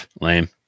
Lame